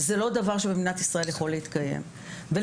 זהו לא דבר שיכול להתקיים במדינת ישראל.